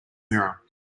mirror